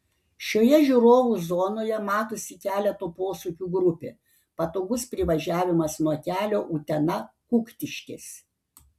šioje žiūrovų zonoje matosi keleto posūkių grupė patogus privažiavimas nuo kelio utena kuktiškės